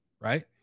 right